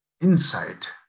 insight